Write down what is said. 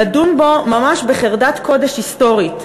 לדון בו ממש בחרדת קודש היסטורית,